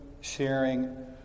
sharing